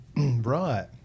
right